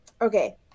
Okay